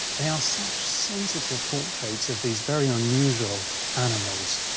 they are such sensitive portraits of these very unusual animals.